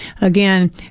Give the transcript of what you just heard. Again